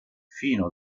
fino